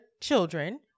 children